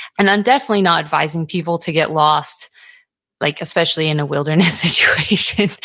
and i'm definitely not advising people to get lost like especially in a wilderness situation.